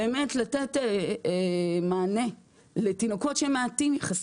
באמת לתת מענה לתינוקות שהם מעטים יחסית,